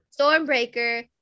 Stormbreaker